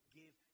give